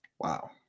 Wow